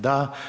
Da.